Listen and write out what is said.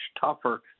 tougher